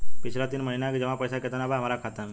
पिछला तीन महीना के जमा पैसा केतना बा हमरा खाता मे?